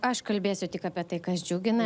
aš kalbėsiu tik apie tai kas džiugina